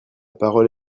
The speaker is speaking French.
parole